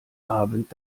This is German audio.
abend